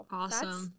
awesome